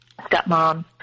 stepmom